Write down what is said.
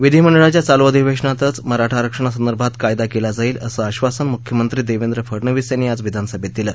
विधीमंडळाच्या चालू अधिवेशनातच मराठा आरक्षणासंदर्भात कायदा केला जाईल असं आधासन मुख्यमंत्री देवेंद्र फडनवीस यांनी आज विधानसभेत दिलं